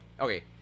Okay